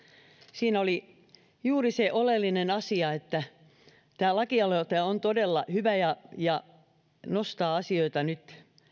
siinä oli juuri se oleellinen asia että tämä lakialoite on todella hyvä ja ja nostaa asioita nyt